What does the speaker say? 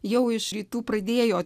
jau iš rytų pradėjo